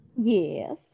Yes